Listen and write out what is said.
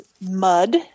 Mud